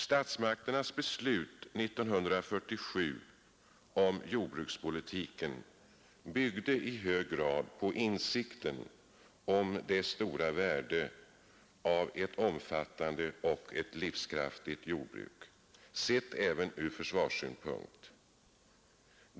Statsmakternas beslut 1947 om jordbrukspolitiken byggde i hög grad på insikten om det stora värdet av ett omfattande och livskraftigt jordbruk, sett även ur beredskapssynpunkt.